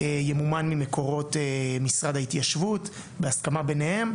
ימומן ממקורות משרד ההתיישבות בהסכמה ביניהם,